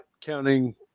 counting